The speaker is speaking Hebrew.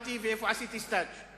למדתי ועשיתי סטאז'.